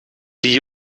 die